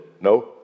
no